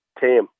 team